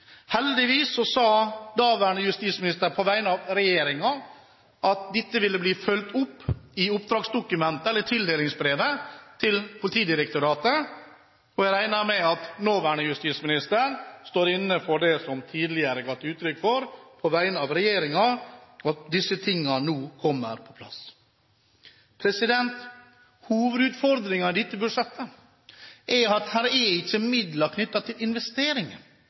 sa daværende justisminister på vegne av regjeringen at dette ville bli fulgt opp i oppdragsdokumentet, eller tildelingsbrevet, til Politidirektoratet. Jeg regner med at den nåværende justisminister på vegne av regjeringen står inne for det som det tidligere har vært gitt uttrykk for, og at disse tingene nå kommer på plass. Hovedutfordringen i dette budsjettet er at det ikke er midler knyttet til investeringer